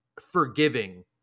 forgiving